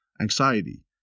anxiety